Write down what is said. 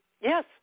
Yes